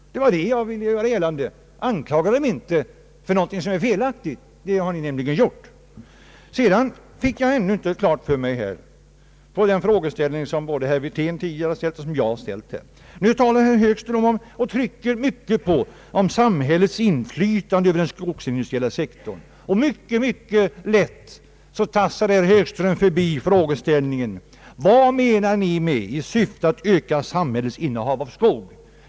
Det var vad jag ville göra gällande. Anklaga mig inte felaktigt! Det har ni nämligen gjort. Jag har inte fått klart för mig er inställning till den frågeställning som framförts här tidigare av både herr Wirtén och mig. Herr Högström talar om och trycker mycket på samhällets inflytande inom den skogsindustriella sektorn, men herr Högström tassar mycket lätt förbi vad ni menar med »i syfte att öka samhällets innehav av skog».